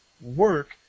work